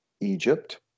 Egypt